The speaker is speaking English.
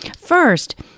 First